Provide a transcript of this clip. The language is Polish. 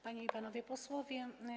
Panie i Panowie Posłowie!